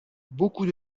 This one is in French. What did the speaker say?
beaucoup